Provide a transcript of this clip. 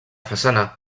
façana